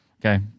Okay